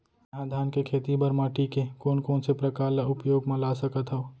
मै ह धान के खेती बर माटी के कोन कोन से प्रकार ला उपयोग मा ला सकत हव?